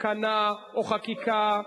תקנה או חקיקה,